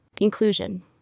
Inclusion